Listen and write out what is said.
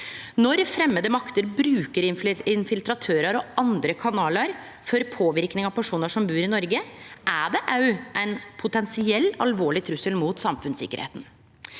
Når framande makter bruker infiltratørar og andre kanalar for å påverke personar som bur i Noreg, er det òg ein potensielt alvorleg trussel mot samfunnssikkerheita.